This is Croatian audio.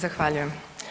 Zahvaljujem.